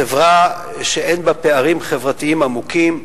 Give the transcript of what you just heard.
חברה שאין בה פערים חברתיים עמוקים,